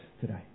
today